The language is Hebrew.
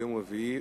יום רביעי,